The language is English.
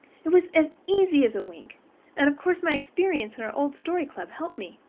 it was as easy as wink and of course my experience in our old story club helped me.